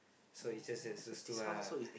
so is just just those two ah